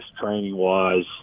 training-wise